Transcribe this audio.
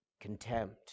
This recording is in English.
contempt